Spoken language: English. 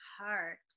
heart